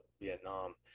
Vietnam